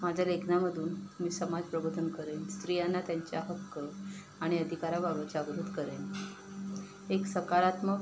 माझ्या लेखनामधून मी समाजप्रबोधन करेन स्त्रियांना त्यांच्या हक्क आणि अधिकाराबाबत जागरूक करेन एक सकारात्मक